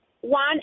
One